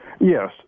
yes